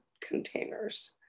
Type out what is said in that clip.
containers